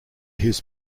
his